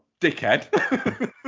dickhead